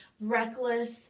reckless